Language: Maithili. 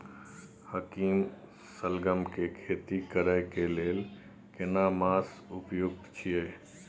हाकीम सलगम के खेती करय के लेल केना मास उपयुक्त छियै?